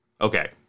okay